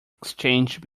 exchanged